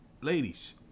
Ladies